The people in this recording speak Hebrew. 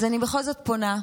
אז אני בכל זאת פונה,